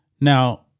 Now